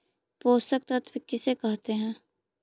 पोषक तत्त्व किसे कहते हैं?